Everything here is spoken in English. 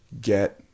Get